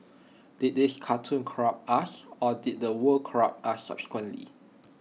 did these cartoons corrupt us or did the world corrupt us subsequently